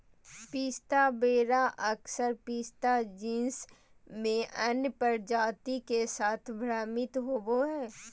पिस्ता वेरा अक्सर पिस्ता जीनस में अन्य प्रजाति के साथ भ्रमित होबो हइ